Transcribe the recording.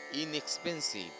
inexpensive